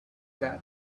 that